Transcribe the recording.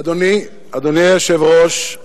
אדוני היושב-ראש,